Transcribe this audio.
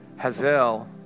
Hazel